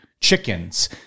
chickens